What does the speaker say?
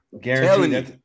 Guarantee